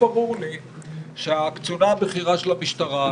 ברור לי שהקצונה הבכירה של המשטרה,